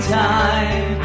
time